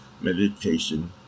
meditation